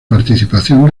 participación